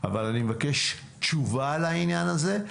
כי זה נגמר אבל אני מבקש תשובה לעניין הזה.